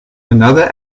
another